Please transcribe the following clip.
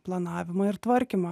planavimą ir tvarkymą